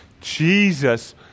Jesus